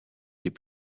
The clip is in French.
des